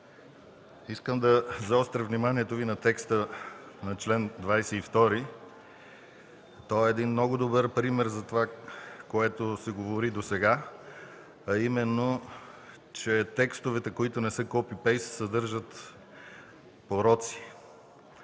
искам да заостря вниманието Ви върху текста на чл. 22. Той е много добър пример за това, което се говори досега, а именно, че текстовете, които не са copy-paste, съдържат пороци.